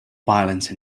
violence